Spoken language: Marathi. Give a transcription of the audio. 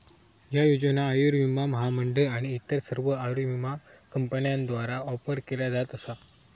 ह्या योजना आयुर्विमा महामंडळ आणि इतर सर्व आयुर्विमा कंपन्यांद्वारा ऑफर केल्या जात असा